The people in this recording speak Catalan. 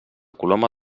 coloma